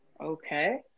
Okay